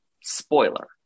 Spoiler